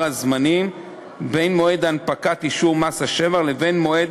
הזמנים בין מועד הנפקת אישור מס השבח לבין מועד